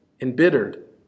embittered